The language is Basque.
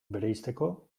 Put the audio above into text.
bereizteko